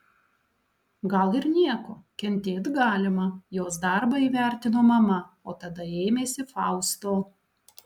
gal ir nieko kentėt galima jos darbą įvertino mama o tada ėmėsi fausto